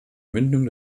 mündung